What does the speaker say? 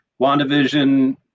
WandaVision